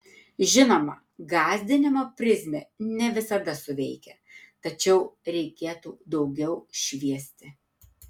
žinoma gąsdinimo prizmė ne visada suveikia tačiau reikėtų daugiau šviesti